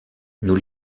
nous